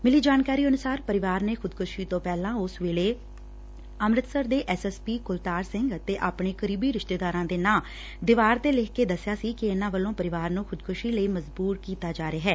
ਮਿਲੀ ਜਾਣਕਾਰੀ ਅਨੁਸਾਰ ਪਰਿਵਾਰ ਨੇ ਖੁਦਕੁਸ਼ੀ ਤੋਂ ਪਹਿਲਾਂ ਉਸ ਵੇਲੇ ਅੰਮਿਤਸਰ ਦੇ S S P Kultar Singh ਅਤੇ ਆਪਣੇ ਕਰੀਬੀ ਰਿਸਤੇਦਾਰਾਂ ਦੇ ਨਾਮ ਦੀਵਾਰ ਤੇ ਲਿਖ ਕੇ ਦਸਿਆ ਕਿ ਇਨੂਾਂ ਵੱਲੋਂ ਪਰਿਵਾਰ ਨੂੰ ਖੁਦਕੁਸ਼ੀ ਲਈ ਮਜ਼ਬੂਰ ਕੀਤਾ ਜਾ ਰਿਹੈ